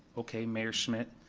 okay, mayor schmitt,